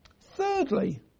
Thirdly